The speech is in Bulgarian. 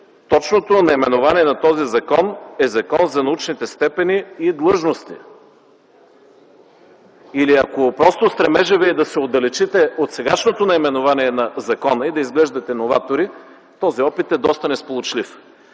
точното наименование на този закон е „Закон за научните степени и длъжности”. Или ако стремежът ви е да се отдалечите от сегашното наименование на закона и да изглеждате новатори, този опит е доста несполучлив.